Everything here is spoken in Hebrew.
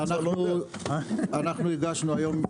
אנחנו הגשנו היום.